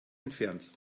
entfernt